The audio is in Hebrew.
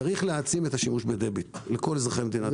צריך להעצים את השימוש בדביט לכל אזרחי מדינת ישראל.